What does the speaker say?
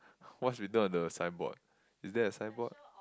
what's written on the signboard is there a signboard